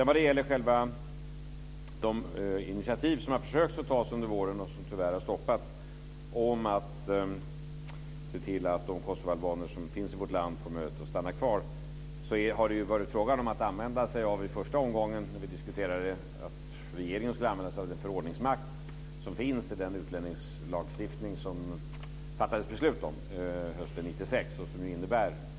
Vad gäller de initiativ som man har försökt ta under våren men som tyvärr har stoppats om att se till att de kosovoalbaner som finns i vårt land får möjlighet att stanna kvar, har det ju varit fråga om - i första omgången när vi diskuterade det - att regeringen skulle använda sig av den förordningsmakt som finns i den utlänningslagstiftning som det fattades beslut om hösten 1996.